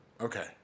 Okay